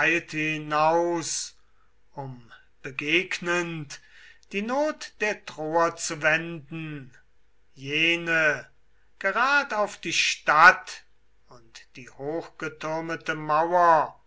hinaus um begegnend die not der troer zu wenden jene gerad auf die stadt und die hochgetürmete mauer